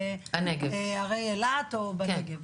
הרי אילת או בנגב.